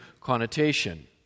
connotation